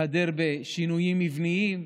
מתהדר בשינויים מבניים,